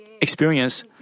experience